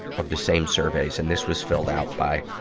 of the same surveys. and this was filled out by,